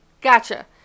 Gotcha